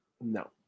No